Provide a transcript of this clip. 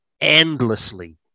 endlessly